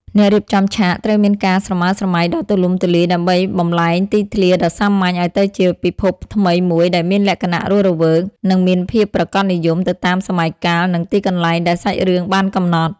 អ្នករៀបចំឆាកត្រូវមានការស្រមើស្រមៃដ៏ទូលំទូលាយដើម្បីបម្លែងទីធ្លាដ៏សាមញ្ញឱ្យទៅជាពិភពថ្មីមួយដែលមានលក្ខណៈរស់រវើក និងមានភាពប្រាកដនិយមទៅតាមសម័យកាល និងទីកន្លែងដែលសាច់រឿងបានកំណត់។